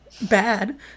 bad